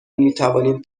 میتوانیم